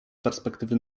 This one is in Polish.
perspektywy